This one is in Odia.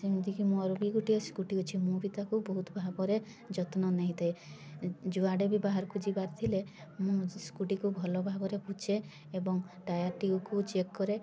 ଯେମିତିକି ମୋର ବି ଗୋଟେ ସ୍କୁଟି ଅଛି ମୁଁ ବି ତାକୁ ବହୁତ ଭାବରେ ଯତ୍ନ ନେଇଥାଏ ଯୁଆଡ଼େ ବି ବାହାରକୁ ଯିବାର ଥିଲେ ମୁଁ ସ୍କୁଟିକୁ ଭଲ ଭାବରେ ପୋଛେ ଏବଂ ଟାୟାର୍ ଟିଉକୁ ଚେକ୍ କରେ